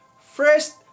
first